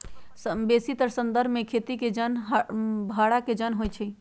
बेशीतर संदर्भ में खेती के जन भड़ा के जन होइ छइ